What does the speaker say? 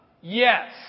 Yes